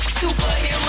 superhero